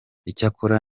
icyakora